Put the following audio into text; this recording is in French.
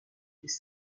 des